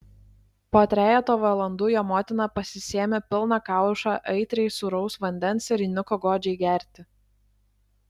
po trejeto valandų jo motina pasisėmė pilną kaušą aitriai sūraus vandens ir įniko godžiai gerti